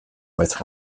with